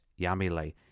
Yamile